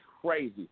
crazy